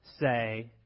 say